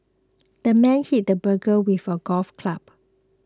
the man hit the burglar with a golf club